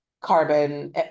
carbon